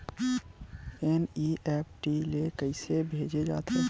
NEFT ले कइसे भेजे जाथे?